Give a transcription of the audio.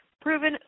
proven